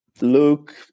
Luke